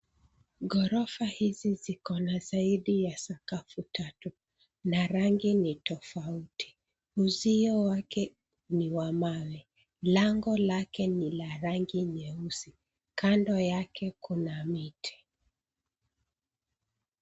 Ghorofa hizi ziko na zaidi ya sakafu tatu na rangi ni tofauti. Uzio wake ni wa mawe. Lango lake ni la rangi nyeusi. Kando yake kuna miti.